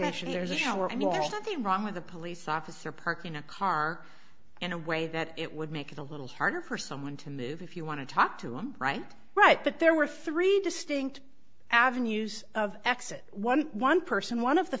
station there's a shower and your something wrong with a police officer parking a car in a way that it would make it a little harder for someone to move if you want to talk to him right right that there were three distinct avenues of exit one one person one of the